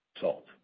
Salt